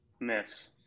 miss